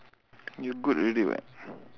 you good already [what]